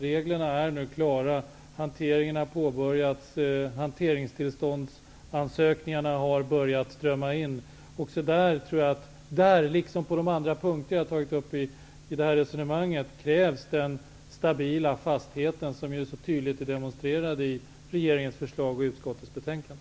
Reglerna är klara. Hanteringen har påbörjats. Ansökningar om hanteringstillstånd har börjat strömma in. För denna hantering, liksom för de andra punkter jag har tagit upp i mitt resonemang, krävs en stabil fasthet, som så tydligt demonstreras i regeringsförslaget och i utskottets betänkande.